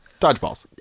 dodgeballs